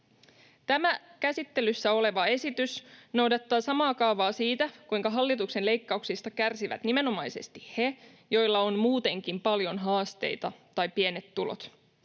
Tämä käsittelyssä oleva esitys noudattaa samaa kaavaa siitä, kuinka hallituksen leikkauksista kärsivät nimenomaisesti he, joilla on muutenkin paljon haasteita tai pienet tulot.